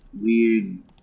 weird